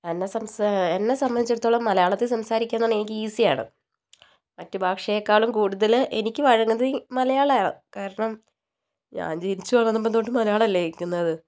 എന്നെ സംസ എന്നെ സംബന്ധിച്ചിടത്തോളം മലയാളത്തിൽ സംസാരിക്കുകയെന്നു പറഞ്ഞാൽ എനിക്ക് ഈസി ആണ് മറ്റു ഭാഷയേക്കാളും കൂടുതൽ എനിക്ക് വഴങ്ങുന്നത് ഈ മലയാളമാണ് കാരണം ഞാൻ ജനിച്ചു വളർന്നപ്പോൾത്തൊട്ട് മലയാളമല്ലേ കേൾക്കുന്നത്